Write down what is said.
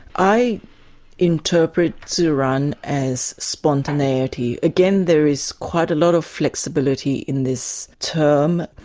i interpret ziran as spontaneity. again, there is quite a lot of flexibility in this term.